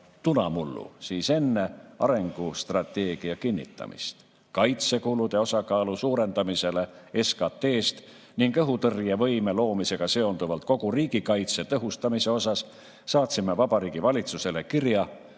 tunamullu, enne arengustrateegia kinnitamist, kaitsekulude osakaalu suurendamise kohta SKT‑s ning õhutõrjevõime loomisega seonduvalt kogu riigikaitse tõhustamise mõttes saatsime Vabariigi Valitsusele kirja